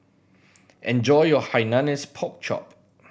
enjoy your Hainanese Pork Chop